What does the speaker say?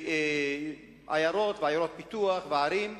עיירות, עיירות פיתוח וערים.